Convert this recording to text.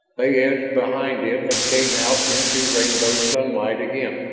they edged behind it and came out into rainbowed sunlight again.